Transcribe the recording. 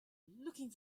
looking